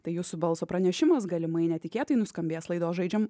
tai jūsų balso pranešimas galimai netikėtai nuskambės laidos žaidžiam